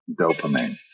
dopamine